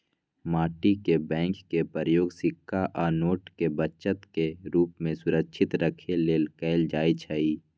माटी के बैंक के प्रयोग सिक्का आ नोट के बचत के रूप में सुरक्षित रखे लेल कएल जाइ छइ